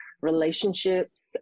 relationships